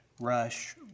rush